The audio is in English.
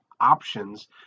options